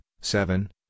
seven